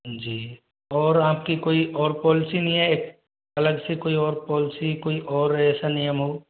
जी और आपकी कोई और पॉलिसी नहीं है अलग से कोई और पॉलिसी कोई और ऐसा नियम हो